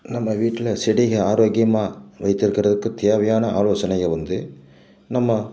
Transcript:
நம்ம வீட்டில் செடிகள் ஆரோக்கியமாக வைத்திருக்கிறதுக்கு தேவையான ஆலோசனைகள் வந்து நம்ம